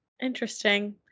Interesting